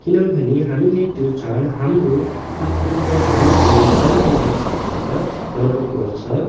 किनभने हामीले त्यो चाँड हाम्रो आफन्तहरू अनि गाँउका मानिसहरूसित मनाउने गर्छ